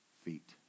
feet